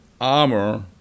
armor